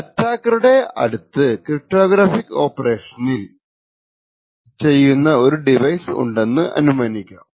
അറ്റാക്കറുടെ അടുത്ത് ക്രിപ്റ്റോഗ്രാഫിക് ഓപ്പറേഷനിൽ ചെയ്യുന്ന ഒരു ഡിവൈസ് ഉണ്ടെന്നു അനുമാനിക്കാം